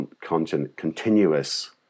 continuous